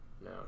no